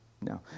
no